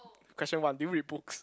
question one do you read books